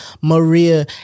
Maria